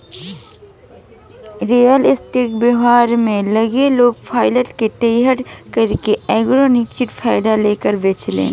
real estate व्यापार में लागल लोग फ्लाइट के तइयार करके एगो निश्चित फायदा लेके बेचेलेन